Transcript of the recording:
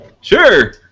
Sure